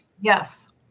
Yes